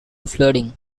flooding